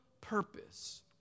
purpose